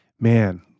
Man